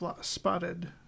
spotted